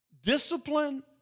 Discipline